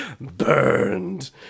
Burned